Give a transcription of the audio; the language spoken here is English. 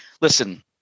listen